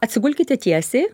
atsigulkite tiesiai